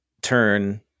turn